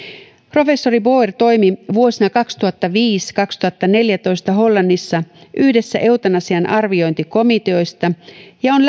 professori boer toimi vuosina kaksituhattaviisi viiva kaksituhattaneljätoista hollannissa yhdessä eutanasian arviointikomiteoista ja on